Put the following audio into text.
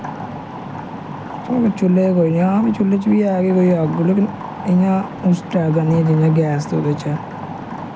चूह्ले च कोई निं हां चूह्ले च बी है कुतै अग्ग लेकिन उस टाईप दा निं जि'यां गैस ते ओह्दे चै ऐ